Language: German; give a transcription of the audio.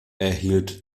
erhielt